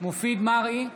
מרעי,